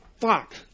Fuck